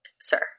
Sir